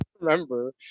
remember